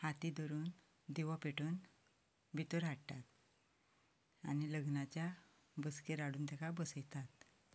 हातीक धरून दिवो पेटोवन भितर हाडटात आनी लग्नाच्या बसकेर हाडून ताका बसयतात